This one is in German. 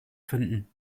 finden